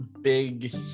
big